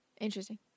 Interesting